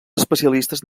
especialistes